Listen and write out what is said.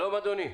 שלום, אדוני.